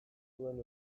zuen